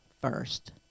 first